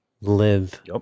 live